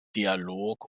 dialog